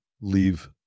leave